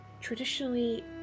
traditionally